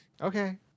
okay